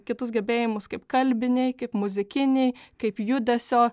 kitus gebėjimus kaip kalbiniai kaip muzikiniai kaip judesio